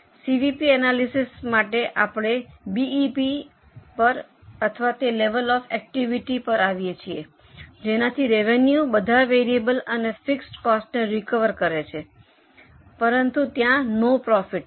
હવે સીવીપી એનાલિસિસથી આપણે બીઈપી પર અથવા તે લેવલ ઑફ એકટીવીટીને પર આવીએ છીએ જેનાથી રેવેન્યુ બધા વેરિયેબલ અને ફિક્સડ કોસ્ટને ને રિકવર કરે છે પરંતુ ત્યાં નો પ્રોફિટ છે